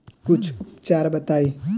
कुछ उपचार बताई?